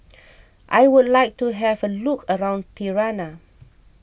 I would like to have a look around Tirana